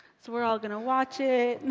so we're all gonna watch it.